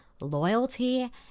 loyalty